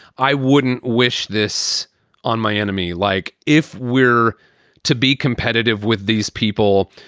i wouldn't wish this on my enemy, like if we're to be competitive with these people.